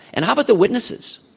and how about the witnesses?